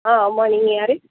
ஆ ஆமாம் நீங்கள் யார்